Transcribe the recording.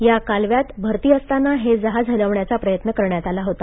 या कालव्यात भरती असताना हे जहाज हलवण्याचा प्रयत्न करण्यात आला होता